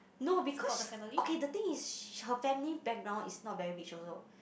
no because okay the thing is her family background is not very rich also